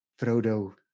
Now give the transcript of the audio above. Frodo